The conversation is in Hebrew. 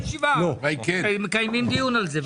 תבוא בישיבה, מקיימים דיון על זה.